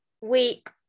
week